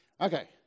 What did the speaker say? Okay